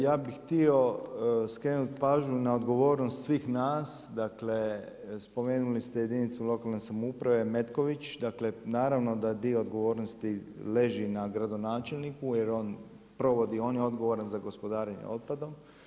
Ja bih htio skrenuti pažnju na odgovornost svih nas, dakle spomenuli ste jedinicu lokalne samouprave Metković, dakle naravno da dio odgovornosti leži na gradonačelniku jer on provodi, on je odgovoran za gospodarenje otpadom.